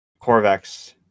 corvex